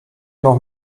noch